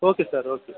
okay sir okay